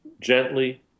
gently